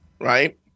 right